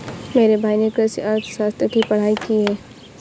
मेरे भाई ने कृषि अर्थशास्त्र की पढ़ाई की है